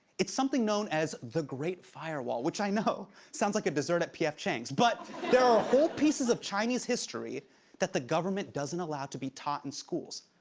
it's something known as the great firewall, which i know sounds like a dessert at pf chang's, but there are whole pieces of chinese history that the government doesn't allow to be taught in schools.